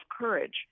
courage